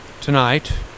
tonight